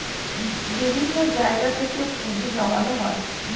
বিভিন্ন জায়গা থেকে পুঁজি জমানো হয়